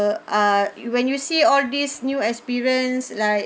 uh when you see all these new experience like